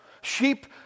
Sheep